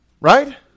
right